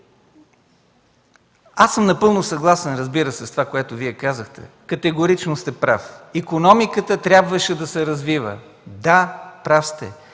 Аз съм напълно съгласен, разбира се, с това, което Вие казахте. Категорично сте прав. Икономиката трябваше да се развива – да, прав сте.